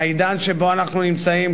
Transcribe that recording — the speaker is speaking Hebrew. העידן שבו אנו נמצאים,